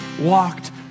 walked